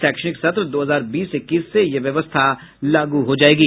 शैक्षणिक सत्र दो हजार बीस इक्कीस से यह व्यवस्था लागू हो जायेगी